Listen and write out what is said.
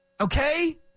Okay